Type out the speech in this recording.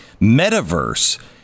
metaverse